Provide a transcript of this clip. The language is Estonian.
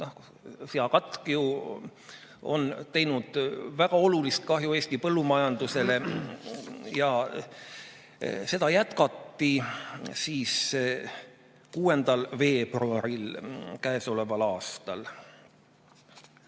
seakatk on ju teinud väga olulist kahju Eesti põllumajandusele. Seda jätkati 6. veebruaril käesoleval aastal.